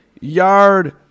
yard